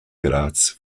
graz